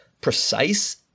precise